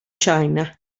china